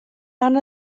ran